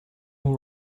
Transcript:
who